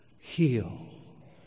heal